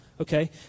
Okay